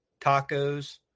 tacos